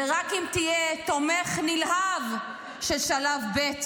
זה רק אם תהיה תומך נלהב של שלב ב',